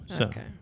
Okay